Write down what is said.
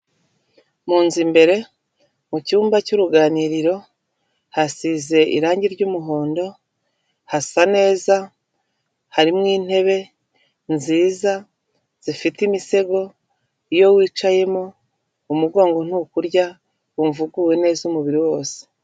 Mu nzu imbere mu cyumba cy'uruganiriro hasize irange ry'umuhondo, hasa neza harimo intebe nziza zifite imisego, iyo wicayemo umugongo ntukurya wumva uguwe neza umubiri wose.